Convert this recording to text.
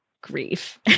grief